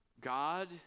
God